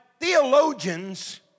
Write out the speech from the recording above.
theologians